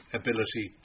ability